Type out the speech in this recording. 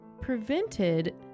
prevented